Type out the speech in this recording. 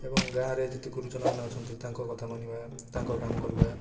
ଏବଂ ଗାଁ'ରେ ଯେତେ ଗୁରୁଜନ ମାନେ ଅଛନ୍ତି ତାଙ୍କ କଥା ମାନିବା ତାଙ୍କ କାମ କରିବା